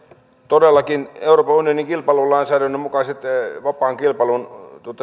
todellakin on euroopan unionin kilpailulainsäädännön mukaiset vapaan kilpailun